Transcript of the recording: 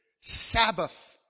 sabbath